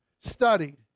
studied